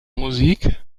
musik